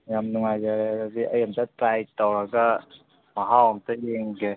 ꯌꯥꯝ ꯅꯨꯡꯉꯥꯏꯖꯔꯦ ꯑꯗꯨꯗꯤ ꯑꯩ ꯑꯝꯇ ꯇ꯭ꯔꯥꯏ ꯇꯧꯔꯒ ꯃꯍꯥꯎ ꯑꯝꯇ ꯌꯦꯡꯒꯦ